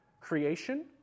creation